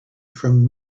from